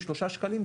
3 שקלים,